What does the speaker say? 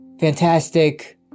fantastic